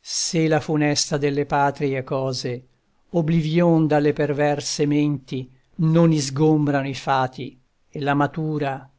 se la funesta delle patrie cose obblivion dalle perverse menti non isgombrano i fati e la matura